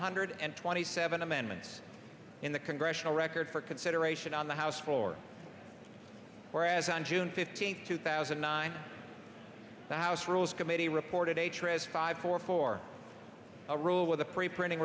hundred and twenty seven amendments in the congressional record for consideration on the house floor whereas on june fifteenth two thousand and nine thousand rules committee reported a tryst five four for a rule with a free printing